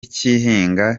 cy’ihinga